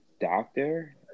doctor